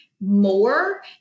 more